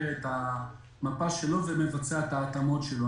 את המפה שלו ומבצע את ההתאמות שלו.